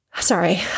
Sorry